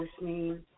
listening